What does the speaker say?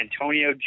Antonio